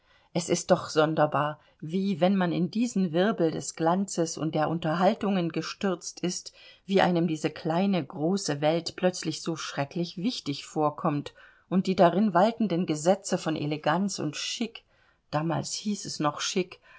es ist doch sonderbar wie wenn man in diesen wirbel des glanzes und der unterhaltungen gestürzt ist wie einem diese kleine große welt plötzlich so schrecklich wichtig vorkommt und die darin waltenden gesetze von eleganz und chic damals hieß es noch